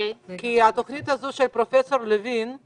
בתוכנית הזו יש